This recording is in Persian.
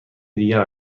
دیگر